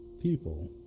People